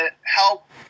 Help